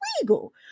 illegal